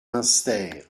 munster